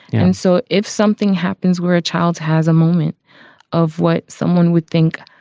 and so if something happens where a child's has a moment of what someone would think,